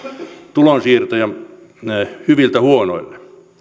tulonsiirtoja hyviltä huonoille